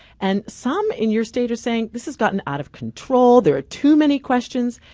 and some in your state are saying this has gotten out of control. there are too many questions,